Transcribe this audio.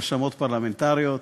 רשמות פרלמנטריות,